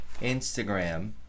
Instagram